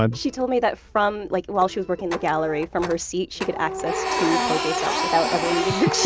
um she told me that from, like while she was working the gallery, from her seat, she could access two pokestops without ever leaving her chair